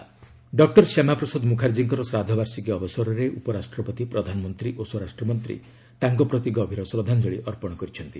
Shyamaprasad tribute doctor Shyamaprasad ମୁଖାର୍ଜୀଙ୍କର ଶ୍ରାଦ୍ଧବାର୍ଷିକୀ ଅବସରରେ ଉପରାଷ୍ଟ୍ରପତି ପ୍ରଧାନମନ୍ତ୍ରୀ ଓ ସ୍ୱରାଷ୍ଟ୍ରମନ୍ତ୍ରୀ ତାଙ୍କ ପ୍ରତି ଗଭୀର ଶ୍ରଦ୍ଧାଞ୍ଜଳି ଅର୍ପଣ କରିଛନ୍ତି